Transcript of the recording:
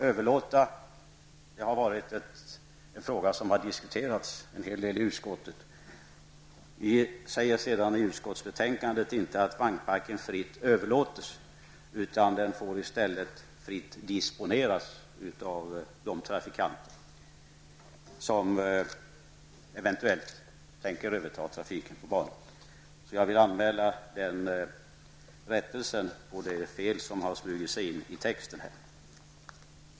Överlåtandet har varit en fråga som har diskuterats en hel del i utskottet. Vi säger inte i utskottets betänkande att vagnparken fritt skall överlåtas, utan att den i stället fritt får disponeras av de trafikanter som eventuellt tänker överta trafiken på banan. Jag vill anmäla den rättelsen av de fel som har smugit sig in i texten.